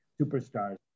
superstars